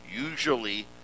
Usually